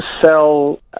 sell